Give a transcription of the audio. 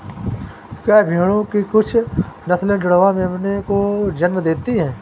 क्या भेड़ों की कुछ नस्लें जुड़वा मेमनों को जन्म देती हैं?